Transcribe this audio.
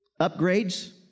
Upgrades